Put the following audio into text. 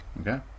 Okay